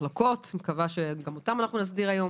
והמחלוקות שאני מקווה שגם אותן נסדיר היום